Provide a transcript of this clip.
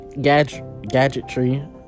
gadgetry